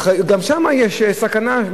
גם שם יש סכנה.